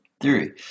theory